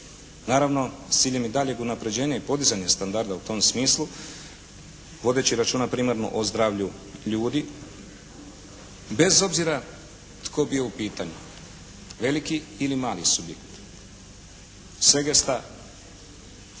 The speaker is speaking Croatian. Naravno, s ciljem i daljeg unapređenja i podizanja standarda u tom smislu vodeći računa primarno o zdravlju ljudi bez obzira tko bio u pitanju veliki ili mali subjekt. Segesta,